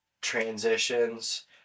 transitions